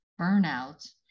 burnout